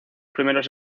primeros